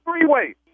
freeway